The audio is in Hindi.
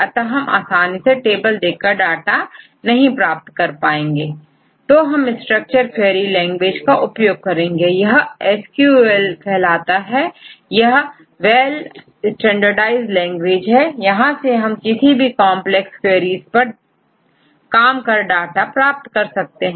अतः हम आसानी से टेबल देखकर डाटा नहीं पा पाएंगेतो हम स्ट्रक्चर query लैंग्वेज का उपयोग करेंगे यहांSQL कहलाता है यह वेल स्टैंडर्डाइज्ड लैंग्वेज है यहां से हम किसी भी कॉन्प्लेक्स queries पर काम कर डाटा प्राप्त कर सकते हैं